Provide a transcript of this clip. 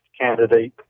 candidate